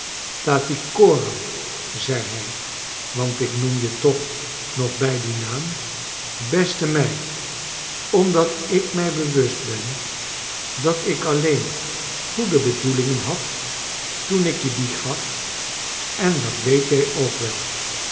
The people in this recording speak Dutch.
oram zei hij want ik noem je toch nog bij dien naam beste meid omdat ik mij bewust ben dat ik alleen goede bedoelingen had toen ik je dien gaf en dat weet jij ook wel